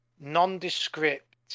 Nondescript